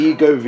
Ego